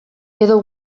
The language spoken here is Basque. edo